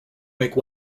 make